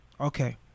Okay